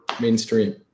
mainstream